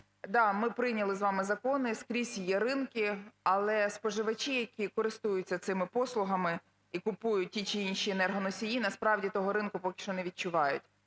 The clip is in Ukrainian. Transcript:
Так, ми прийняли з вами закони, скрізь є ринки, але споживачі, які користуються цими послугами і купують ті чи інші енергоносії, насправді того ринку поки що не відчувають.